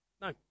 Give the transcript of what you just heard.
No